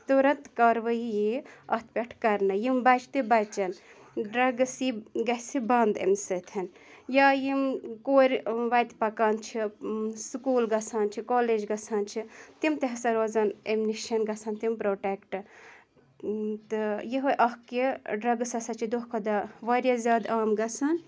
تُرنٛت کاروٲیی یِیہِ اَتھ پٮ۪ٹھ کَرنہٕ یِم بَچہِ تہِ بَچَن ڈرٛگٕس یی گژھِ بنٛد اَمہِ سۭتۍ یا یِم کورِ وَتہِ پَکان چھِ سکوٗل گژھان چھِ کالج گژھان چھِ تِم تہِ ہَسا روزَن ایٚمہِ نِشَن گژھن تِم پرٛوٹیٚکٹہٕ تہٕ یِہٕے اَکھ کہِ ڈرٛگٕس ہَسا چھِ دۄہ کھۄ دۄہ واریاہ زیادٕ عام گژھان